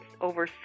over